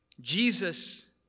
Jesus